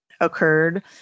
occurred